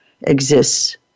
exists